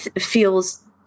feels